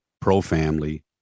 pro-family